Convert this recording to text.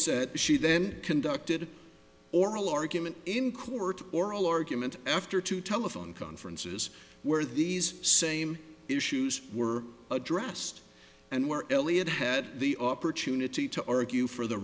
said she then conducted oral argument in court oral argument after two telephone conferences where these same issues were addressed and where elliott had the opportunity to argue for the